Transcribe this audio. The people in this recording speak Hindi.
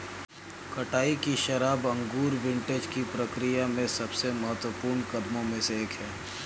कटाई की शराब अंगूर विंटेज की प्रक्रिया में सबसे महत्वपूर्ण कदमों में से एक है